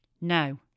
No